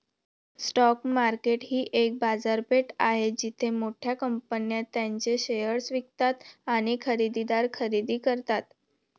stock market ही एक बाजारपेठ आहे जिथे मोठ्या कंपन्या त्यांचे शेअर्स विकतात आणि खरेदीदार खरेदी करतात